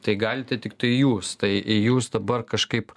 tai galite tiktai jūs tai jūs dabar kažkaip